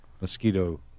mosquito